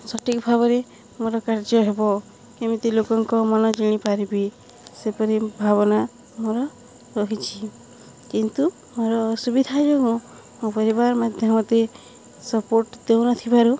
ସଠିକ୍ ଭାବରେ ମୋର କାର୍ଯ୍ୟ ହେବ କେମିତି ଲୋକଙ୍କ ମନ ଜିଣିପାରିବି ସେପରି ଭାବନା ମୋର ରହିଛି କିନ୍ତୁ ମୋର ଅସୁବିଧା ଯୋଗୁଁ ମୋ ପରିବାର ମଧ୍ୟ ମୋତେ ସପୋର୍ଟ ଦେଉନଥିବାରୁ